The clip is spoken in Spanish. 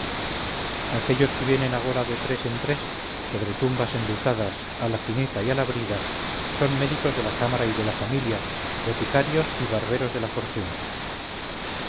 aquellos que vienen agora de tres en tres sobre tumbas enlutadas a la jineta y a la brida son médicos de la cámara y de la familia boticarios y barberos de la fortuna